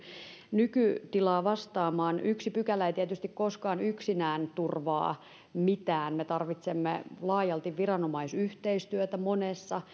nykytilaa vastaamaan yksi pykälä ei tietysti koskaan yksinään turvaa mitään me tarvitsemme laajalti viranomaisyhteistyötä monessa